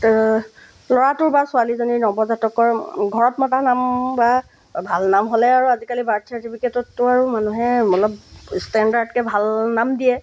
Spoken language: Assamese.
ল'ৰাটোৰ বা ছোৱালীজনীৰ নৱজাতকৰ ঘৰত মতা নাম বা ভাল নাম হ'লে আৰু আজিকালি বাৰ্থ চাৰ্টিফিকেটতো আৰু মানুহে অলপ ষ্টেণ্ডাৰ্ডকৈ ভাল নাম দিয়ে